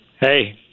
Hey